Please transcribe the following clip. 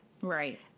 right